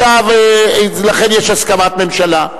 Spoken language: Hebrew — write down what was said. לכן יש הסכמת הממשלה.